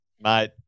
mate